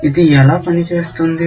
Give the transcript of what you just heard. ఇది ఎలా పనిచేస్తుంది